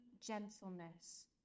gentleness